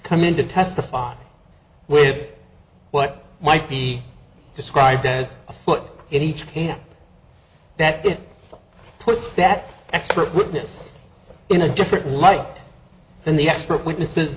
come in to testify with what might be described as a foot in each camp that it puts that expert witness in a different light than the expert witnesses